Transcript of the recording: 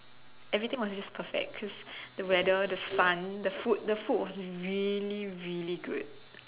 everything was just perfect the weather the sun the food the food was really really good